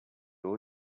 low